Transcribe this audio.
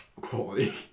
Quality